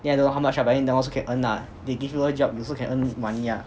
then I don't know how much ah but that one also can earn ah they give you job you also can earn money ah